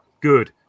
good